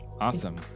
Awesome